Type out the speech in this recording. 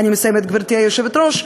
אני מסיימת, גברתי היושבת-ראש.